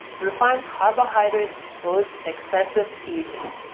refined carbohydrates cause excessive eating.